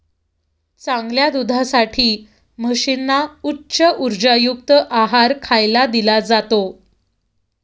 चांगल्या दुधासाठी म्हशींना उच्च उर्जायुक्त आहार खायला दिला जातो